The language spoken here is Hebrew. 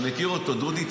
אתה מכיר אותו: דודי,